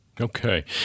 Okay